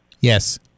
Yes